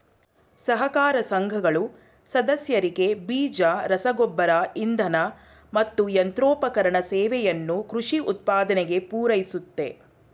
ಸಹಕಾರ ಸಂಘಗಳು ಸದಸ್ಯರಿಗೆ ಬೀಜ ರಸಗೊಬ್ಬರ ಇಂಧನ ಮತ್ತು ಯಂತ್ರೋಪಕರಣ ಸೇವೆಯನ್ನು ಕೃಷಿ ಉತ್ಪಾದನೆಗೆ ಪೂರೈಸುತ್ತೆ